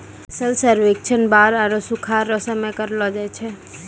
फसल सर्वेक्षण बाढ़ आरु सुखाढ़ रो समय करलो जाय छै